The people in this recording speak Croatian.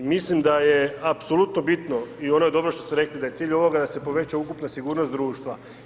Mislim da je apsolutno bitno i ono je dobro što ste rekli da je cilj ovoga da se poveća ukupna sigurnost društva.